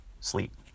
sleep